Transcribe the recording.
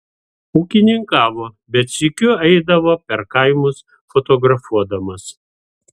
ūkininkavo bet sykiu eidavo per kaimus fotografuodamas